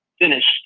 Finished